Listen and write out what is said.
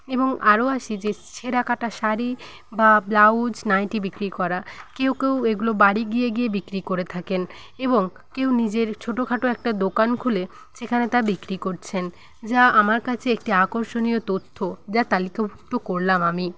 এবং আরও আসি যে ছেঁড়া কাটা শাড়ি বা ব্লাউজ নাইটি বিক্রি করা কেউ কেউ এগুলো বাড়ি গিয়ে গিয়ে বিক্রি করে থাকেন এবং কেউ নিজের ছোটোখাটো একটা দোকান খুলে সেখানে তা বিক্রি করছেন যা আমার কাছে একটি আকর্ষণীয় তথ্য যা তালিকাভুক্ত করলাম আমি